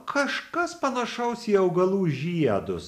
kažkas panašaus į augalų žiedus